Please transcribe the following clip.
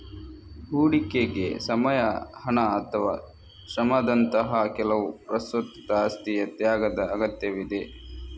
ಹೂಡಿಕೆಗೆ ಸಮಯ, ಹಣ ಅಥವಾ ಶ್ರಮದಂತಹ ಕೆಲವು ಪ್ರಸ್ತುತ ಆಸ್ತಿಯ ತ್ಯಾಗದ ಅಗತ್ಯವಿದೆ